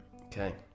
okay